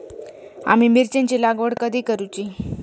आम्ही मिरचेंची लागवड कधी करूची?